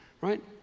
right